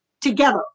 together